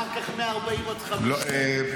אחר כך מ-40 עד 50. מיקי,